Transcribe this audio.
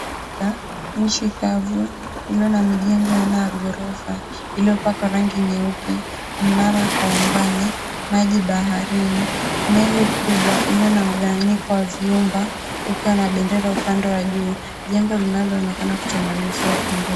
Nchi kavu, iliyo na mijengo aina yeah ghorofa iliyopakwa rangi nyeupe. Mnara kwa umbali, maji baharini, meli kubwa, iliyo na mgawanyiko wa vyumba, ukiwa na bendera upande wa juu. Jengo linaloonekana kutomaliziwa pembeni.